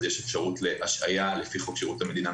יש לנו אפשרות להשעיה לפי חוק שירות המדינה,